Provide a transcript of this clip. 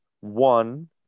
one